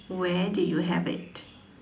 where did you have it